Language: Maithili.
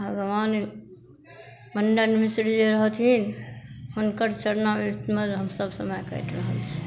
भगवान मण्डन मिश्र जे रहथिन हुनकर चरनामृत हमसभ समय काटि रहल छी